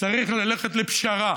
צריך ללכת לפשרה,